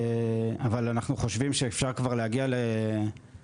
אבל אנחנו חושבים שאפשר כבר להגיע ליעדים